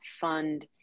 fund